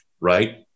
right